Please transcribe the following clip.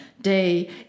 day